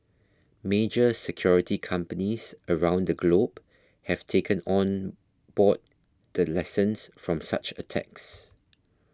major security companies around the globe have taken on board the lessons from such attacks